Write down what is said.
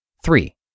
Three